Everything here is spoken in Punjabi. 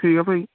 ਠੀਕ ਆ ਭਾਈ